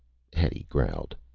hetty growled.